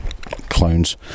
clones